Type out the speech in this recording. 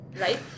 right